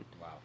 Wow